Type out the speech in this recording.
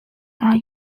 are